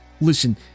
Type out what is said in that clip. Listen